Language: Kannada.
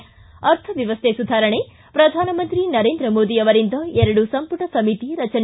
ಿಗ ಅರ್ಥವ್ಯವಸ್ಥೆ ಸುಧಾರಣೆ ಪ್ರಧಾನಮಂತ್ರಿ ನರೇಂದ್ರ ಮೋದಿ ಅವರಿಂದ ಎರಡು ಸಂಪುಟ ಸಮಿತಿ ರಚನೆ